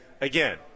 Again